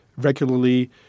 regularly